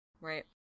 Right